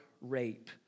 rape